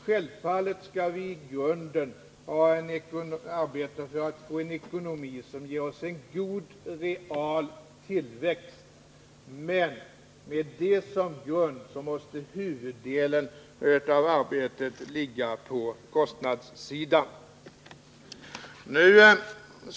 Självfallet skall vi arbeta för en ekonomi som ger oss en god real tillväxt, men med detta såsom grund måste huvuddelen av arbetet ligga på kostnadssidan.